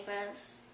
papers